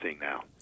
now